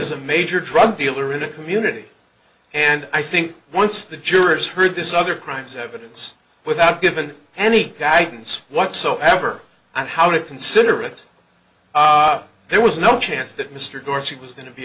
is a major drug dealer in a community and i think once the jurors heard this other crimes evidence without giving any guidance whatsoever on how to consider it there was no chance that mr gore she was going to be